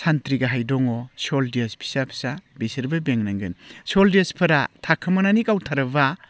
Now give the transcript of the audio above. सानथ्रि गाहाइ दङ सलजोर्स फिसा फिसा बिसोरबो बेंनांगोन सलजोर्सफ्रा थाखोमानानै गावथारोबा